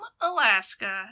Alaska